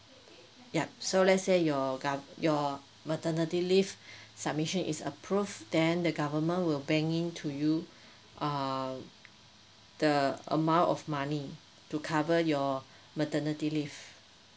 yup so let's say your gov your maternity leave submission is approved then the government will bank in to you err the amount of money to cover your maternity leave